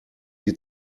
die